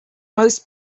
most